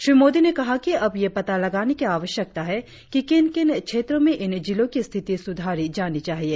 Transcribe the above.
श्री मोदी ने कहा कि अब यह पता लगाने की आवश्यकता है कि किन किन क्षेत्रों में इन जिलों की स्थिति सुधारी जानी चाहिए